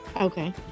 Okay